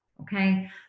okay